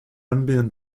ambient